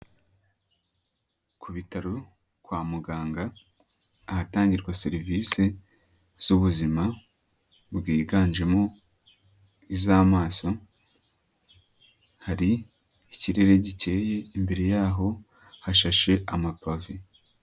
Ku bitaro, kwa muganga, ahatangirwa serivise z'ubuzima bwiganjemo iz'amaso, hari ikirere gikeye, imbere yaho, hashashe amapave.